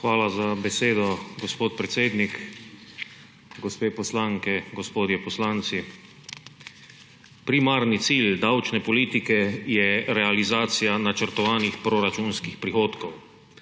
Hvala za besedo, gospod predsednik. Gospe poslanke, gospodje poslanci! Primarni cilj davčne politike je realizacija načrtovanih proračunskih prihodkov.